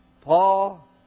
Paul